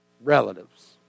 relatives